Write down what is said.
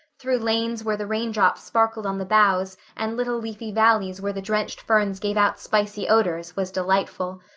through lanes where the raindrops sparkled on the boughs and little leafy valleys where the drenched ferns gave out spicy odors, was delightful.